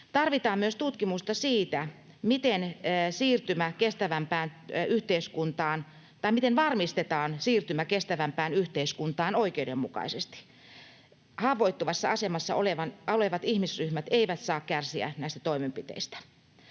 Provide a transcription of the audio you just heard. Tarvitaan myös tutkimusta siitä, miten varmistetaan siirtymä kestävämpään yhteiskuntaan oikeudenmukaisesti. Haavoittuvassa asemassa olevat ihmisryhmät eivät saa kärsiä näistä toimenpiteistä.